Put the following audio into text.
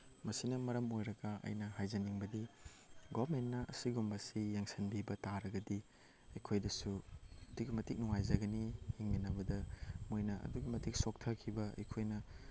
ꯃꯁꯤꯅ ꯃꯔꯝ ꯑꯣꯏꯔꯒ ꯑꯩꯅ ꯍꯥꯏꯖꯅꯤꯡꯕꯗꯤ ꯒꯣꯔꯃꯦꯟꯅ ꯑꯁꯤꯒꯨꯝꯕꯁꯤ ꯌꯦꯡꯁꯤꯟꯕꯤꯕ ꯇꯥꯔꯒꯗꯤ ꯑꯩꯈꯣꯏꯗꯁꯨ ꯑꯗꯨꯛꯀꯤ ꯃꯇꯤꯛ ꯅꯨꯡꯉꯥꯏꯖꯒꯅꯤ ꯍꯤꯡꯃꯤꯟꯅꯕꯗ ꯃꯣꯏꯅ ꯑꯗꯨꯛꯀꯤ ꯃꯇꯤꯛ ꯁꯣꯛꯊꯈꯤꯕ ꯑꯩꯈꯣꯏꯅ